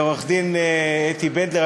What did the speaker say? לעורכת-הדין אתי בנדלר,